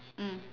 mm